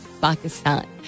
Pakistan